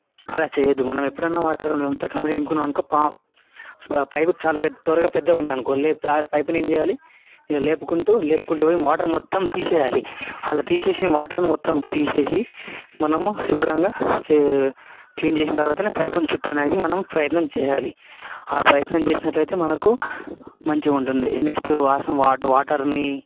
అలా చెయ్యొద్దు మనం ఎప్పుడైనా వాటర్ అంతా కంప్లీట్ నింపుకున్నామనుకో పైపు చాలా పెద్ద త్వరగా పెద్దగా ఉంది అనుకో ఆ పైపుని ఏం చేయాలి ఇలా లేపుకుంటూ లేపుకుంటూ పోయి వాటర్ మొత్తం తీసేయాలి అలా తీసేసి వాటర్ మొత్తం తీసేసి మనం శుభ్రంగా చే క్లీన్ చేసిన తర్వాతనే పైపుని చుట్టడానికి మనం ప్రయత్నం చేయాలి అలా ప్రయత్నం చేసినట్లయితే మనకు మంచిగా ఉంటుంది నెక్స్ట్ వాషింగ్ వాటర్ వాటర్ని